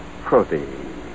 protein